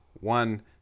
one